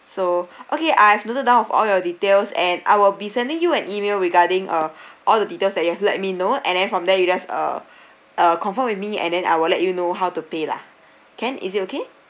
so okay I have noted down of all your details and I will be sending you an E-mail regarding uh all the details that you've let me know and then from there you just uh confirm with me and then I will let you know how to pay lah can is it okay